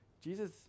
Jesus